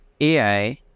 AI